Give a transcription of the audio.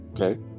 okay